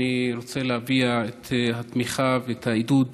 אני רוצה להביע את התמיכה ואת העידוד